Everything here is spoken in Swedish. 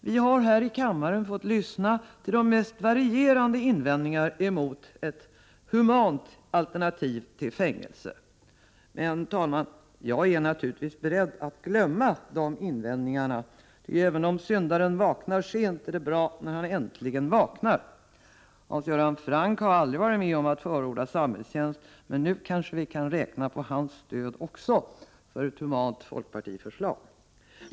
Vi har här i kammaren fått lyssna till de mest varierande invändningar emot ett humant alternativ till fängelse. Men, herr talman, jag är naturligtvis beredd att glömma de invändningarna, ty även om syndaren vaknar sent är det bra när han äntligen vaknar. Hans Göran Franck har aldrig varit med om att förorda samhällstjänst, men nu kanske vi kan räkna på också hans stöd för ett humant folkpartiförslag.